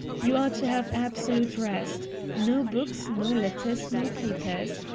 you are to have absolute rest no books, no letters, no papers.